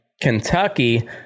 Kentucky